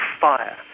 fire